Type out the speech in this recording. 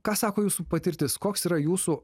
ką sako jūsų patirtis koks yra jūsų